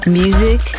music